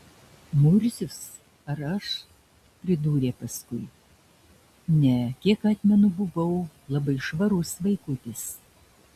murzius ar aš pridūrė paskui ne kiek atmenu buvau labai švarus vaikutis